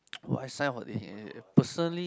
will I sign up for it personally